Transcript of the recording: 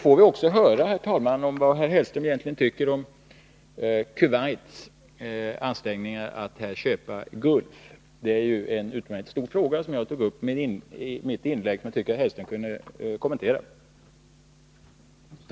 Får vi också höra, herr talman, vad herr Hellström egentligen tycker om Kuwaits ansträngningar att köpa Gulf. Det är en stor fråga, som jag tog uppi mitt inlägg och som jag tycker att herr Hellström kunde ha kommenterat.